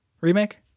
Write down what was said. Remake